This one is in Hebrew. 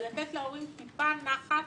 ולתת להורים טיפה נחת